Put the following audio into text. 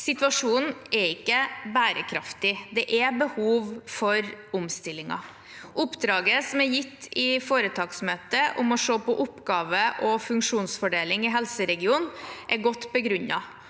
Situasjonen er ikke bærekraftig, og det er behov for omstillinger. Oppdraget som er gitt i foretaksmøte om å se på oppgave- og funksjonsfordelingen i helseregionen, er godt begrunnet